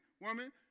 woman